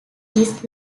his